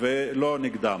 ולא נגדם.